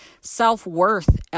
self-worth